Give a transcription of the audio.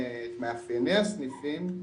את מאפייני הסניפים,